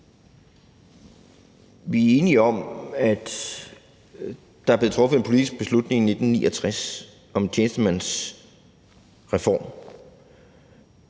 Vi er enige om, at der blev truffet en politisk beslutning i 1969 om en tjenestemandsreform.